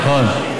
נכון.